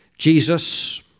Jesus